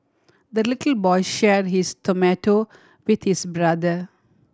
the little boy shared his tomato with his brother